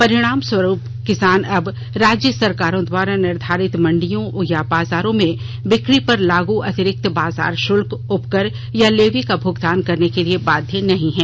परिणाम स्वरूप किसान अब राज्य सरकारों द्वारा निर्धारित मंडियों या बाजारों में बिक्री पर लागू अतिरिक्त बाजार शुल्क उपकर या लेवी का भुगतान करने के लिए बाध्य नहीं हैं